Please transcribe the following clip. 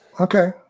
Okay